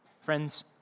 Friends